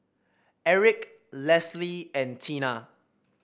Erick Lesley and Tina